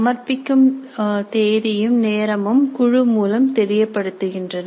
சமர்ப்பிக்கும் தேதியும் நேரமும் குழு மூலம் தெரியப்படுத்துகின்றனர்